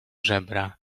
żebra